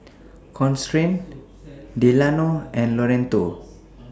Constance Delano and Loretto